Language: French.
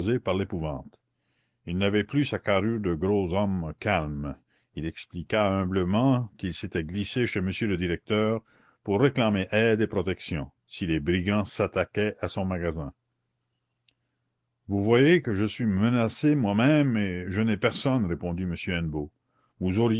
par l'épouvante il n'avait plus sa carrure de gros homme calme il expliqua humblement qu'il s'était glissé chez monsieur le directeur pour réclamer aide et protection si les brigands s'attaquaient à son magasin vous voyez que je suis menacé moi-même et que je n'ai personne répondit